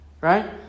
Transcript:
Right